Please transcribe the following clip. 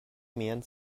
mehren